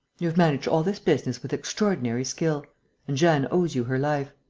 you have managed all this business with extraordinary skill and jeanne owes you her life.